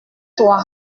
toi